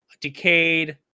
decayed